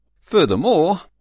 Furthermore